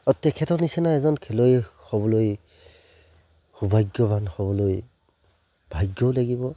আৰু তেখেতৰ নিচিনা এজন খেলুৱৈ হ'বলৈ সৌভাগ্যৱান হ'বলৈ ভাগ্যও লাগিব